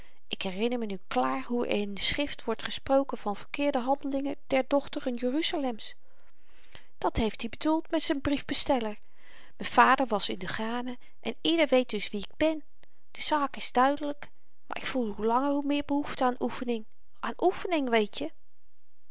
ik herinner me nu klaar hoe er in de schrift wordt gesproken van verkeerde handelingen der dochteren jeruzalem's dàt heeft i bedoeld met z'n briefbesteller m'n vader was in de granen en ieder weet dus wie ik ben de zaak is duidelyk maar ik voel hoe langer hoe meer behoefte aan oefening aan oefening weetje